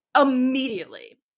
Immediately